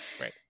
right